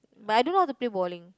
but I don't know how to play bowling